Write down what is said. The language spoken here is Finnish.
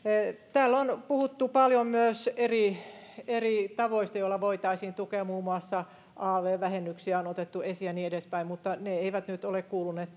täällä on puhuttu paljon myös eri eri tavoista joilla voitaisiin tukea muun muassa alv vähennyksiä on otettu esiin ja niin edespäin mutta ne eivät nyt ole kuuluneet